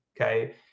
okay